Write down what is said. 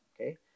Okay